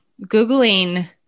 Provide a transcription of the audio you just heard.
Googling